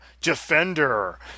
Defender